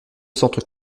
centre